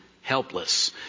helpless